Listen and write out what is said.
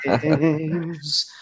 games